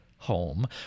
home